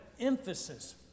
emphasis